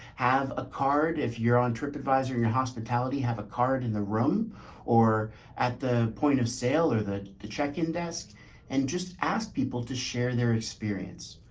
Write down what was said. have a card. if you're on tripadvisor and your hospitality, have a card in the room or at the point of sale or the the check in desk and just ask people to share their experience.